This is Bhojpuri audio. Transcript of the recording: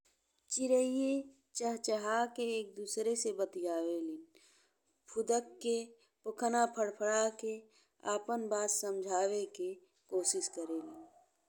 चिरइए चहचहा के एक दुसरे से बतियावलिन। फुनकी के पोखन फड़फड़ा के आपन बात समझावे के कोशिश करेलिन।